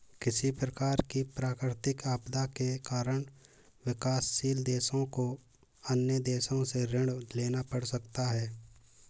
किसी प्रकार की प्राकृतिक आपदा के कारण विकासशील देशों को अन्य देशों से ऋण लेना पड़ सकता है